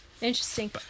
Interesting